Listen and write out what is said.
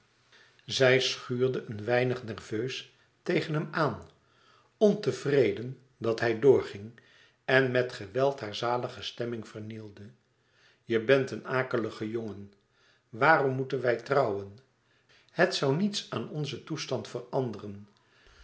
zij schuurde een weinig nerveus tegen hem aan ontevreden dat hij doorging en met geweld hare zalige stemming vernielde je bent een akelige jongen waarom moeten wij trouwen het zoû niets aan onzen toestand veranderen